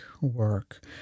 work